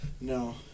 No